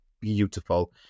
beautiful